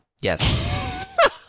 Yes